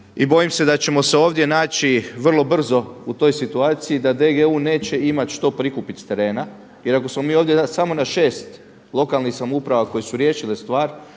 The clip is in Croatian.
i bojim se da ćemo se ovdje naći vrlo brzo u toj situaciji da DGU neće imati što prikupiti s terena. Jer ako smo mi ovdje samo na 6 lokalnih samouprava koje su riješile stvar,